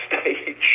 stage